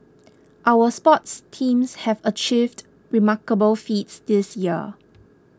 our sports teams have achieved remarkable feats this year